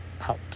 out